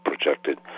projected